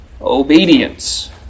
obedience